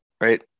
right